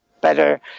better